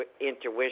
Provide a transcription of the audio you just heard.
intuition